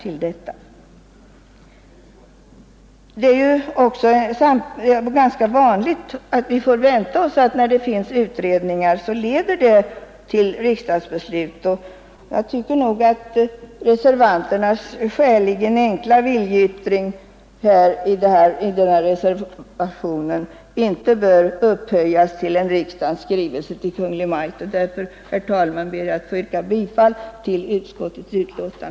När det finns utredningar färdiga kan vi emellertid i regel vänta oss att de leder fram till riksdagsbeslut. Jag tycker inte att reservanternas skäligen enkla viljeyttring i reservationen bör upphöjas till en riksdagens skrivelse till Kungl. Maj:t. Därför ber jag, herr talman, att få yrka bifall till utskottets hemställan.